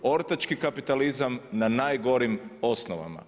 Ortački kapitalizam na najgorim osnovama.